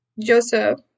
Joseph